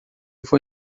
vou